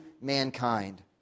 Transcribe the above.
mankind